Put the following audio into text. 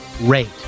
rate